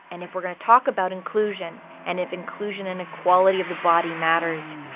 and if we're going to talk about inclusion, and if inclusion and equality of the body matters,